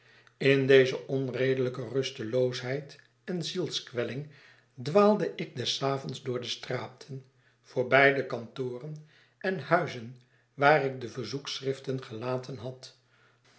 in deze onredelijke rusteloosheid en zielskwelling dwaalde ik des avonds door de straten voorbij de kantoren en huizen waar ik de verzoekschriften gelaten had